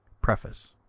preface.